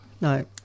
No